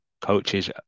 coaches